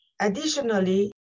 additionally